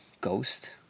ghost